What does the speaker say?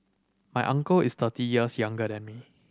my uncle is thirty years younger than me